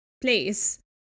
place